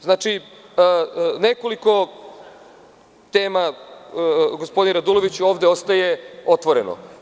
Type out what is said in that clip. Znači, nekoliko tema ovde, gospodine Raduloviću, ostaje otvoreno.